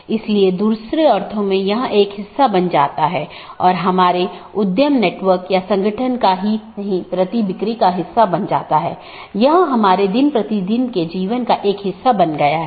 तो इसके लिए कुछ आंतरिक मार्ग प्रोटोकॉल होना चाहिए जो ऑटॉनमस सिस्टम के भीतर इस बात का ध्यान रखेगा और एक बाहरी प्रोटोकॉल होना चाहिए जो इन चीजों के पार जाता है